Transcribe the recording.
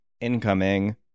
incoming